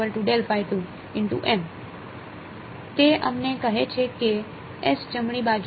તેથી તે અમને કહે છે કે જમણી બાજુએ